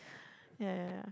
yeah yeah yeah